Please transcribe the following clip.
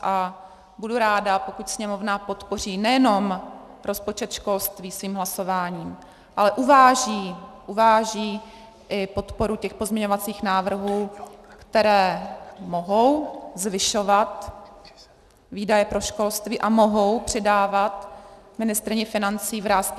A budu ráda, pokud Sněmovna podpoří nejenom rozpočet školství svým hlasováním, ale uváží i podporu těch pozměňovacích návrhů, které mohou zvyšovat výdaje pro školství a mohou přidávat ministryni financí vrásky na čele.